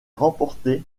remportée